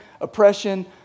oppression